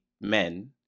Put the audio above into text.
men